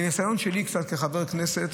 מהניסיון שלי קצת כחבר כנסת,